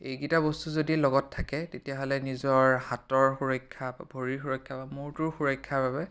এইকেইটা বস্তু যদি লগত থাকে তেতিয়াহ'লে নিজৰ হাতৰ সুৰক্ষা ভৰিৰ সুৰক্ষা বা মূৰটোৰ সুৰক্ষাৰ বাবে